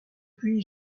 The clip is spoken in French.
puis